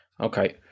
Okay